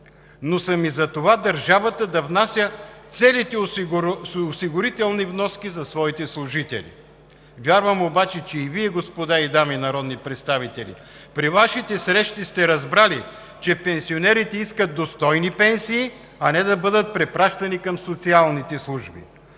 но съм и „за“ това държавата да внася целите осигурителни вноски за своите служители. Вярвам обаче, че и Вие, господа и дами народни представители, при Вашите срещи сте разбрали, че пенсионерите искат достойни пенсии, а не да бъдат препращани към социалните служби.